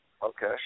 Okay